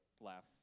Laugh